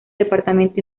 departamento